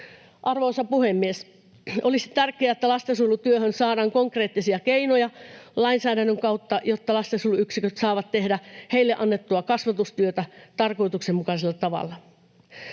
Arvoisa puhemies! Olisi tärkeää, että lastensuojelutyöhön saadaan konkreettisia keinoja lainsäädännön kautta, jotta lastensuojeluyksiköt saavat tehdä heille annettua kasvatustyötä tarkoituksenmukaisella tavalla.